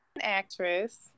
actress